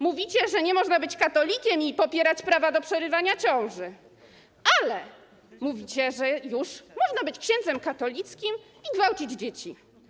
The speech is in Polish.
Mówicie, że nie można być katolikiem i popierać prawa do przerywania ciąży, ale mówicie, że można być księdzem katolickim i gwałcić dzieci.